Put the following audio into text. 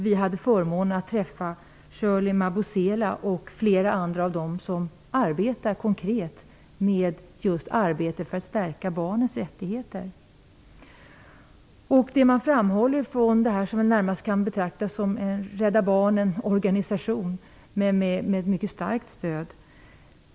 Vi hade förmånen att få träffa Shirley Mabusela och flera andra av dem som arbetar konkret just med att stärka barnens rättigheter. Organisationen kan närmast betraktas som en Rädda barnen-organisation men med mycket starkt stöd.